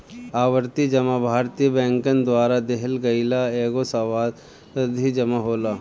आवर्ती जमा भारतीय बैंकन द्वारा देहल गईल एगो सावधि जमा होला